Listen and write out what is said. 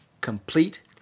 complete